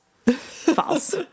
False